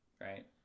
Right